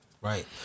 Right